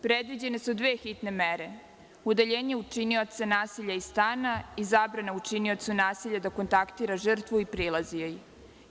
Predviđene su dve hitne mere: udaljenje učinioca nasilja iz stana i zabrana učiniocu nasilja da kontaktira žrtvu i prilazio je.